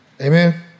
Amen